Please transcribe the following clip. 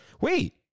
Wait